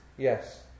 Yes